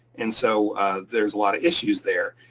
and so there's a lot of issues there,